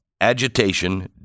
agitation